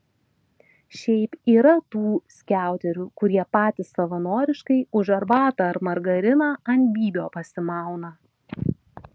šiaip yra tų skiauterių kurie patys savanoriškai už arbatą ar margariną ant bybio pasimauna